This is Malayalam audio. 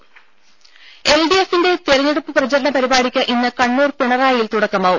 രുര എൽഡിഎഫിന്റെ തിരഞ്ഞെടുപ്പ് പ്രചരണ പരിപാടിക്ക് ഇന്ന് കണ്ണൂർ പിണറായിയിൽ തുടക്കമാവും